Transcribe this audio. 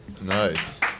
Nice